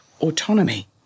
Autonomy